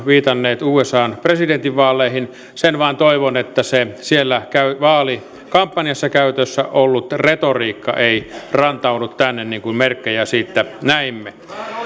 viitanneet usan presidentinvaaleihin ja sen vain toivon että siellä vaalikampanjassa käytössä ollut retoriikka ei rantaudu tänne niin kuin merkkejä siitä näimme